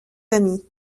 amis